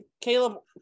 Caleb